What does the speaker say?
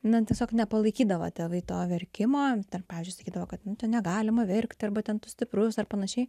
na tiesiog nepalaikydavo tėvai to verkimo ar pavyzdžiui sakydavo kad nu ten negalima verkti arba ten tu stiprus ar panašiai